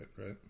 right